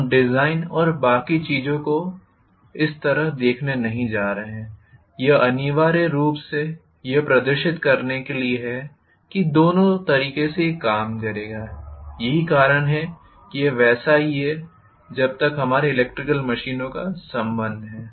हम डिजाइन और बाकी चीजों को इस तरह देखने नहीं जा रहे हैं यह अनिवार्य रूप से यह प्रदर्शित करने के लिए है कि दोनों तरीके से ये काम करेगा यही कारण है कि यह वैसा ही है जब तक हमारी इलेक्ट्रिकल मशीनों का संबंध है